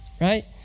Right